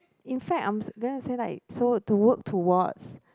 in fact I'm gonna say like so to work towards